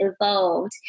evolved